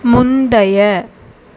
முந்தைய